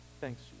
Thanks